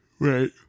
Right